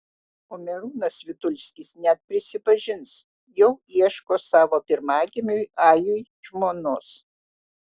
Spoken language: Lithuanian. o merūnas vitulskis net prisipažins jau ieško savo pirmagimiui ajui žmonos